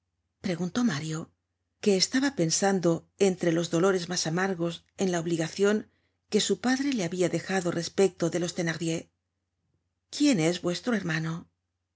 preguntó mario que estaba pensando entre los dolores mas amargos en la obligacion que su padre le habia dejado respecto de los thenardier quién es vuestro hermano